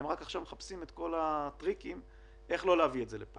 והם רק מחפשים עכשיו את כל הטריקים איך לא להביא את זה לפה.